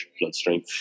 bloodstream